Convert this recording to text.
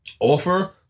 offer